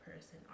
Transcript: person